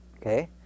okay